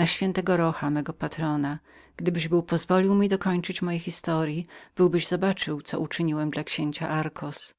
ach przez ś rocha mego patrona gdybyś był pozwolił mi dokończyć mojej historyi byłbyś zobaczył co uczyniłem dla księcia darcos